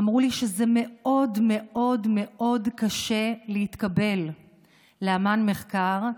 אמרו לי שזה מאוד מאוד מאוד קשה להתקבל לאמ"ן מחקר,